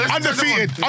Undefeated